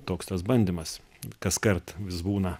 toks tas bandymas kaskart vis būna